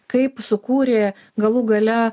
kaip sukūrė galų gale